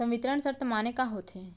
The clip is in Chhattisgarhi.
संवितरण शर्त माने का होथे?